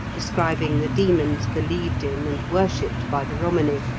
describing the demons believed in and worshipped by the romany,